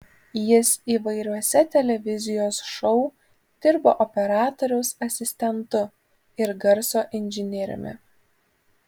jis įvairiuose televizijos šou dirbo operatoriaus asistentu ir garso inžinieriumi